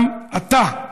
גם אתה,